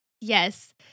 Yes